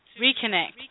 reconnect